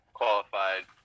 qualified